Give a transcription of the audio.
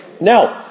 Now